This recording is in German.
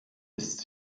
ist